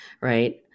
right